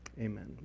amen